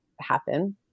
happen